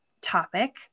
topic